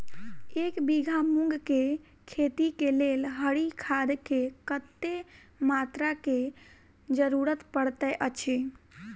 एक बीघा मूंग केँ खेती केँ लेल हरी खाद केँ कत्ते मात्रा केँ जरूरत पड़तै अछि?